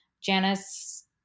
Janice